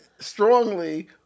Strongly